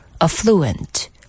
affluent